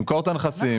למכור את הנכסים,